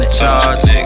charge